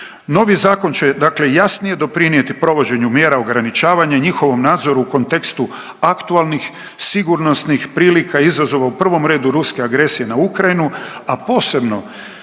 Novi zakon će dakle jasnije doprinijeti provođenju mjera ograničavanja i njihovom nadzoru u kontekstu aktualnih, sigurnosnih prilika i izazova u prvom redu ruske agresije na Ukrajinu, a posebno